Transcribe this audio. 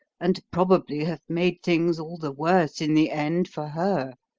and probably have made things all the worse in the end for her.